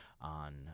on